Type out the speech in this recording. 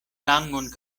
langon